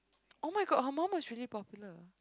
[oh]-my-god her mum was really popular